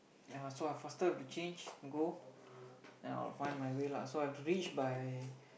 ya so I faster have to change go then I'll find my way lah so I have to reach by